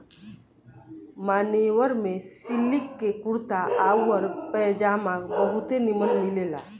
मान्यवर में सिलिक के कुर्ता आउर पयजामा बहुते निमन मिलेला